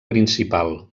principal